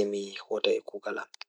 eɓɓe e teewal maa seeda.